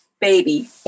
baby